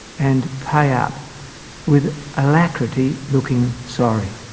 and pay up with alacrity, looking sorry.